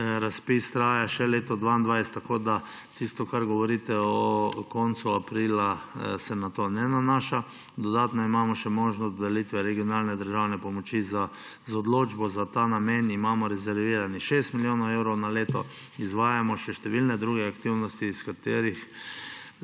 razpis traja še v letu 2022, tako da tisto, kar govorite o koncu aprila, se na to ne nanaša. Dodatno imamo še možnost delitve regionalne državne pomoči z odločbo. Za ta namen imamo rezerviranih 6 milijonov evrov na leto, izvajamo še številne druge aktivnosti, s katerimi